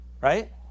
right